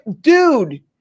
dude